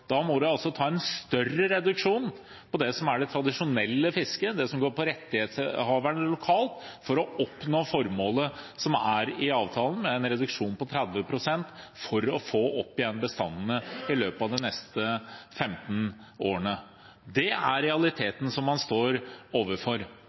Da må man altså ta en større reduksjon på det som er det tradisjonelle fisket, det som går på rettighetshaverne lokalt, for å oppnå formålet som er i avtalen, en reduksjon på 30 pst. for å få opp igjen bestandene i løpet av de neste 15 årene. Det er